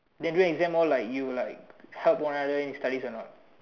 then do exam all like you like help one another in studies or not